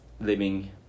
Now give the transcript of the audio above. living